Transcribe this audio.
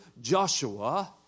Joshua